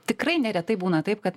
tikrai neretai būna taip kad